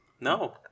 No